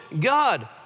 God